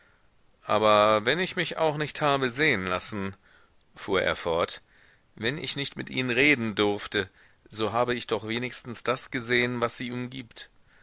aber wenn ich mich auch nicht habe sehen lassen fuhr er fort wenn ich nicht mit ihnen reden durfte so habe ich doch wenigstens das gesehen was sie umgibt